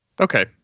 Okay